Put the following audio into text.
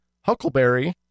huckleberry